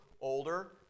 older